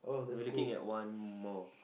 we're looking at one more